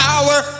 power